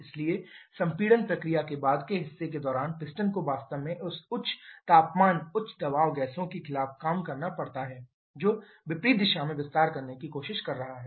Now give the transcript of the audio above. इसलिए संपीड़न प्रक्रिया के बाद के हिस्से के दौरान पिस्टन को वास्तव में इस उच्च तापमान उच्च दबाव गैसों के खिलाफ काम करना पड़ता है जो विपरीत दिशा में विस्तार करने की कोशिश कर रहा है